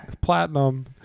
platinum